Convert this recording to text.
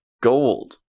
gold